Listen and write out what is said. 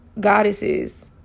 goddesses